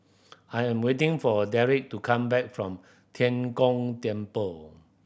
I'm waiting for Dereck to come back from Tian Kong Temple